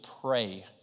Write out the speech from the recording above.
pray